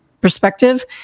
perspective